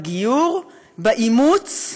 בגיור, באימוץ,